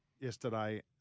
yesterday